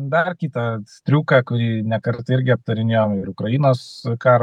dar kitą striuką kurį ne kartą irgi aptarinėjom ir ukrainos karo